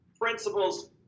principles